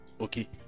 Okay